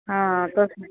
ହଁ ତ